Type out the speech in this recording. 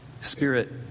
Spirit